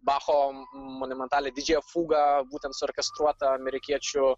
bacho monumentalią didžiąją fugą būtent suorkestruotą amerikiečių